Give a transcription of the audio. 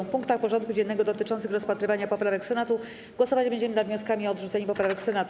W punktach porządku dziennego dotyczących rozpatrywania poprawek Senatu głosować będziemy nad wnioskami o odrzucenie poprawek Senatu.